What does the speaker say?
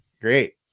Great